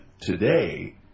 today